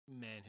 man